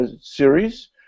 series